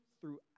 throughout